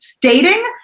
dating